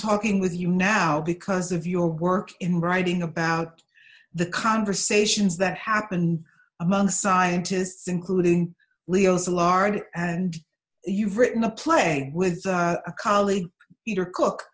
talking with you now because of your work in writing about the conversations that happened among scientists including leo's a large and you've written a play with a colleague peter cook